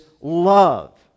love